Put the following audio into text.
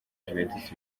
juventus